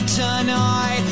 tonight